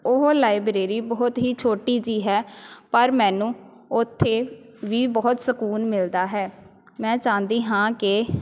ਉਹ ਲਾਇਬ੍ਰੇਰੀ ਬਹੁਤ ਹੀ ਛੋਟੀ ਜੀ ਹੈ ਪਰ ਮੈਨੂੰ ਉੱਥੇ ਵੀ ਬਹੁਤ ਸਕੂਨ ਮਿਲਦਾ ਹੈ ਮੈਂ ਚਾਹੁੰਦੀ ਹਾਂ ਕਿ